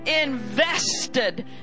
invested